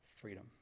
freedom